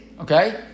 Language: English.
Okay